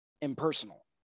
impersonal